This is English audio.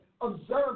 Observe